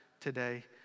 today